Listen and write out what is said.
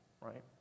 right